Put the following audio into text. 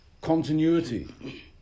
continuity